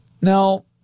Now